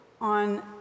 on